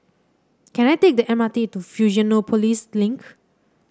can I take the M R T to Fusionopolis Link